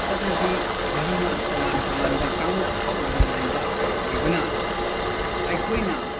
ꯆꯠꯅꯕꯤ ꯙꯔꯃ ꯇꯣꯉꯥꯟ ꯇꯣꯉꯥꯟꯕ ꯀꯥꯡꯂꯨꯞ ꯁꯨꯅ ꯂꯩꯕ ꯑꯣꯏꯕꯅ ꯑꯩꯈꯣꯏꯅ